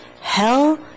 hell